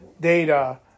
data